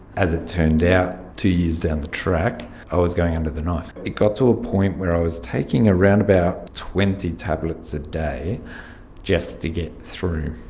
as it turned out, two years down the track i was going under the knife. it got to a point where i was taking around about twenty tablets a day just to get through,